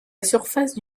surface